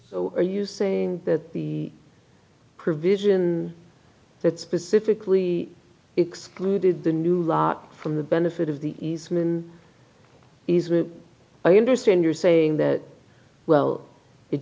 are you saying that the provision that specifically excluded the new lot from the benefit of the easement easement i understand you're saying that well it